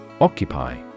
Occupy